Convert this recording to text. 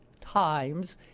times